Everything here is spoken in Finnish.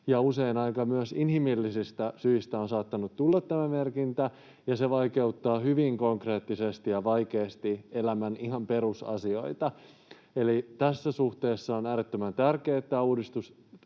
usein myös aika inhimillisistä syistä on saattanut tulla tämä merkintä, ja se vaikeuttaa hyvin konkreettisesti ja vaikeasti elämän ihan perusasioita. Eli tässä suhteessa on äärettömän tärkeää, että tämä uudistus